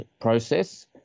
process